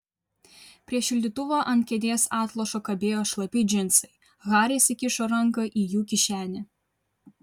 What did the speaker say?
prie šildytuvo ant kėdės atlošo kabėjo šlapi džinsai haris įkišo ranką į jų kišenę